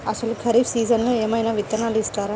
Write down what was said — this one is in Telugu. అసలు ఖరీఫ్ సీజన్లో ఏమయినా విత్తనాలు ఇస్తారా?